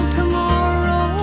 tomorrow